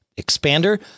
Expander